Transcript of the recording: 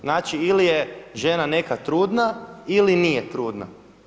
Znači ili je žena neka trudna ili nije trudna.